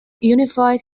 unified